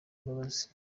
imbabazi